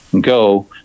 go